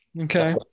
Okay